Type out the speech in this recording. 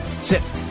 Sit